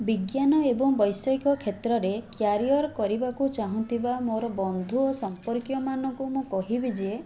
ବିଜ୍ଞାନ ଏବଂ ବୈଷୟିକ କ୍ଷେତ୍ରରେ କ୍ୟାରିଅର କରିବାକୁ ଚାଁହୁଥିବା ମୋର ବନ୍ଧୁ ଓ ସମ୍ପର୍କିୟମାନଙ୍କୁ ମୁଁ କହିବି ଯେ